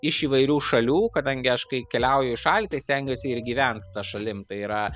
iš įvairių šalių kadangi aš kai keliauju į šalį tai stengiuosi ir gyvent ta šalim tai yra